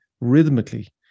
rhythmically